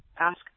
ask